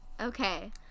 Okay